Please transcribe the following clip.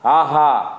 ஆஹா